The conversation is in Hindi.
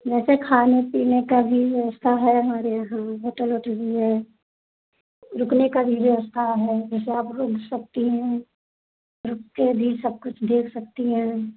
वैसे खाने पीने का भी व्यवस्था है हमारे यहाँ होटल वोटल भी है रुकने का भी व्यवस्था है जैसे आप रुक सकती हैं रुक कर भी सब कुछ देख सकती हैं